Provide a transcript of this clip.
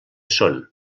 són